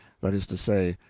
that is to say,